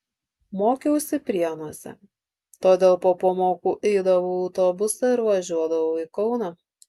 mokiausi prienuose todėl po pamokų eidavau į autobusą ir važiuodavau į kauną